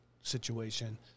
situation